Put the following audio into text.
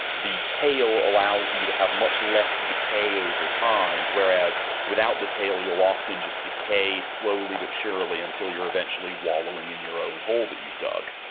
the tail allows you to have much less decay over time. whereas without the tail, you'll often just decay slowly but surely, until you're eventually wallowing in your own hole that you've dug.